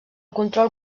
control